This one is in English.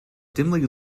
dimly